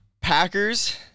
Packers